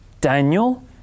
Daniel